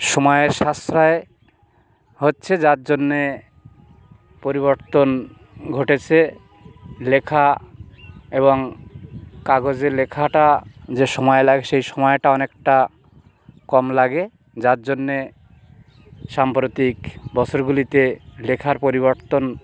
সমায়ের সাশ্রয় হচ্ছে যার জন্যে পরিবর্তন ঘটেছে লেখা এবং কাগজে লেখাটা যে সময় লাগে সেই সময়টা অনেকটা কম লাগে যার জন্যে সাম্প্রতিক বছরগুলিতে লেখার পরিবর্তন